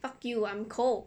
fuck you I'm cold